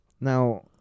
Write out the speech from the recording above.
Now